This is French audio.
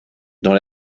dans